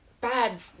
bad